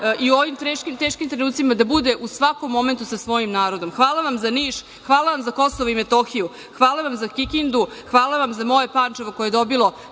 i u ovim teškim trenucima da bude u svakom momentu sa svojim narodom, hvala vam za Niš, hvala vam za Kosovo i Metohiju, hvala vam za Kikindu, hvala vam za moje Pančevo koje je dobilo